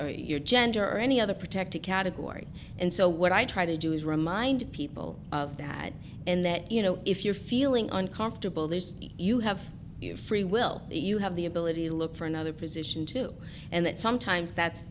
your gender or any other protected category and so what i try to do is remind people of that and that you know if you're feeling uncomfortable there's you have free will you have the ability to look for another position too and that sometimes that's